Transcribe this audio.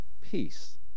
peace